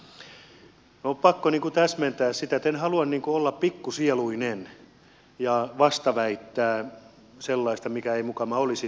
minun on pakko täsmentää sitä että en halua olla pikkusieluinen ja vastaväittää sellaista mikä ei mukama olisi totta